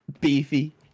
beefy